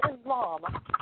Islam